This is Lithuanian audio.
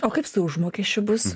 o kaip su užmokesčiu bus